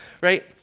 Right